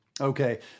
Okay